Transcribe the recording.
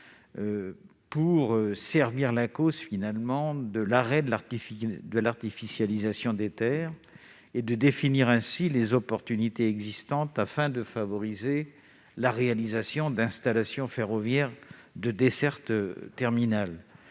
pour servir la cause de l'arrêt de l'artificialisation des terres et définir les opportunités existantes afin de favoriser la réalisation d'installations ferroviaires de desserte terminale.